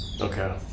Okay